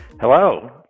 Hello